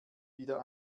wieder